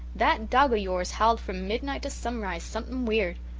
that and dog of yours howled from midnight to sunrise something weird.